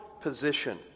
position